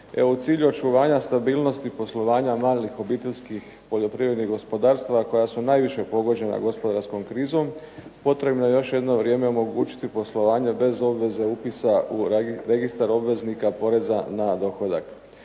Evo u cilju očuvanja stabilnosti poslovanja malih obiteljskih poljoprivrednih gospodarstava koja su najviše pogođena gospodarskom krizom, potrebno je još jedno vrijem omogućiti poslovanje bez obveze upisa u registar obveznika poreza na dohodak.